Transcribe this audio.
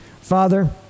Father